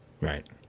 Right